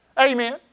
Amen